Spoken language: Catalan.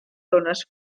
zones